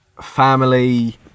family